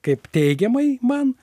kaip teigiamai man